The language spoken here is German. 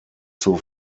zur